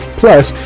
plus